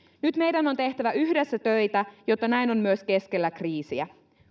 nyt meidän on tehtävä yhdessä töitä jotta näin on myös keskellä kriisiä